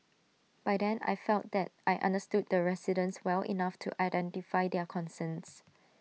by then I felt that I understood the residents well enough to identify their concerns